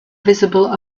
visible